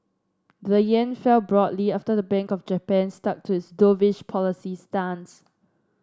the yen fell broadly after the Bank of Japan stuck to its dovish policy stance